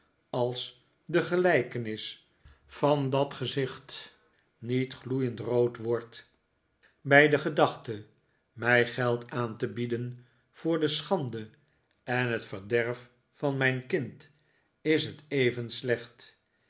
als de gelijkenis van dat gezicht niet gloeiend rood wordt bij de gedachte mij geld aan te bieden voor de schande en het verderf van mijn kind is het even slecht